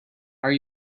are